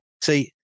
See